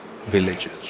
villages